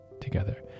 together